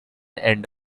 end